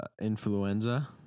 Influenza